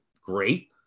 great